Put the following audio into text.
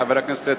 חברי חברי הכנסת,